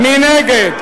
מי נגד?